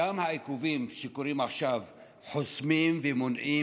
גם העיכובים שקורים עכשיו חוסמים ומונעים